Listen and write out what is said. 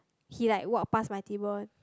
he like walk past my table